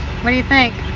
where you think?